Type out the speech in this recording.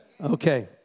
Okay